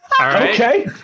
Okay